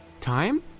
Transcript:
Time